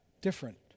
different